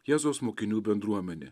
jėzaus mokinių bendruomenė